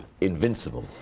invincible